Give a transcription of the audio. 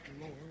Lord